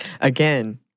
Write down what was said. Again